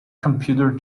computer